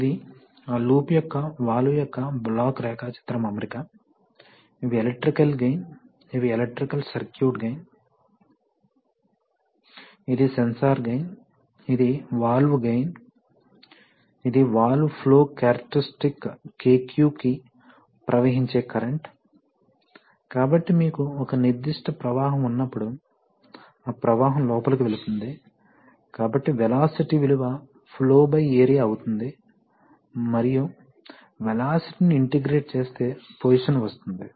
ఇది ఆ లూప్ యొక్క వాల్వ్ యొక్క బ్లాక్ రేఖాచిత్రం అమరిక ఇవి ఎలక్ట్రికల్ గెయిన్ ఇవి ఎలక్ట్రికల్ సర్క్యూట్ గెయిన్ ఇది సెన్సార్ గెయిన్ ఇది వాల్వ్ గెయిన్ ఇది వాల్వ్ ఫ్లో క్యారక్టరిస్టిక్ KQ కి ప్రవహించే కరెంట్ కాబట్టి మీకు ఒక నిర్దిష్ట ప్రవాహం ఉన్నప్పుడు ఆ ప్రవాహం లోపలికి వెళుతుంది కాబట్టి వెలాసిటీ విలువ ఫ్లో ఏరియా అవుతుంది మరియు వెలాసిటీ ని ఇంటిగ్రేట్ చేస్తే పోసిషన్ వస్తుంది